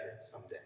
someday